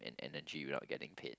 and energy without getting paid